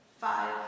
five